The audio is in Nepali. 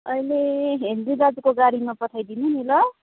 अहिले हेन्दु दाजुको गाडीमा पठाइदिनु नि ल